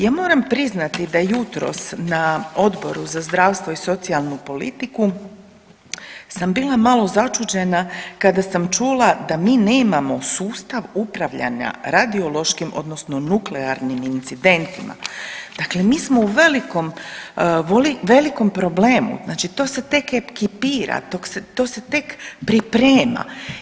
Ja moram priznati da jutros na Odboru za zdravstvo i socijalnu politiku sam bila malo začuđena kada sam čula da mi nemamo sustav upravljanja radiološkim odnosno nuklearnim incidentima, dakle mi smo u velikom, velikom problemu, znači to se tek ekipira, to se tek priprema.